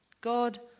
God